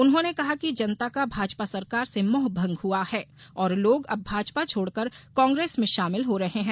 उन्होंने कहा कि जनता का भाजपा सरकार से मोहभंग हुआ है और लोग अब भाजपा छोड़कर कांग्रेस में शामिल हो रहे हैं